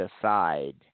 aside